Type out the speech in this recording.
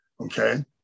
okay